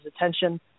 attention